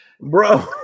bro